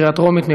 בקריאה טרומית.